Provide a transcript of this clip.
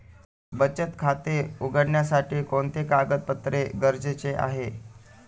बचत खाते उघडण्यासाठी कोणते कागदपत्रे गरजेचे आहे?